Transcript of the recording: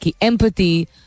empathy